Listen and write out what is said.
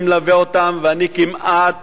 ואני כמעט